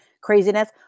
craziness